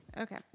Okay